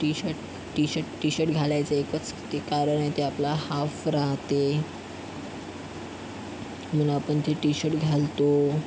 T shirt T-shirt T-shirt घालायचे एकच ते कारण आहे आपला हाफ राहते म्हणून आपण ते टीशर्ट घालतो